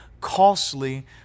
costly